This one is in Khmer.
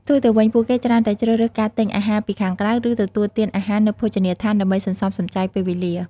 ផ្ទុយទៅវិញ ពួកគេច្រើនតែជ្រើសរើសការទិញអាហារពីខាងក្រៅ ឬទទួលទានអាហារនៅភោជនីយដ្ឋានដើម្បីសន្សំសំចៃពេលវេលា ។